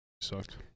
Sucked